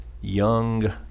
young